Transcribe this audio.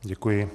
Děkuji.